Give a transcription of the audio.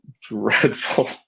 dreadful